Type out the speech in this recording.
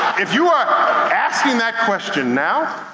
if you are asking that question now,